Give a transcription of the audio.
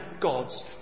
God's